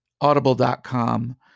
audible.com